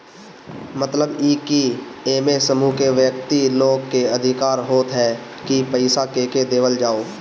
मतलब इ की एमे समूह के व्यक्ति लोग के अधिकार होत ह की पईसा केके देवल जाओ